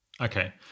Okay